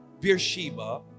Beersheba